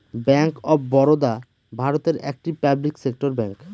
bank of Baroda ভারতের একটি public sector bank